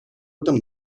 этом